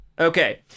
Okay